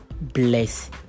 bless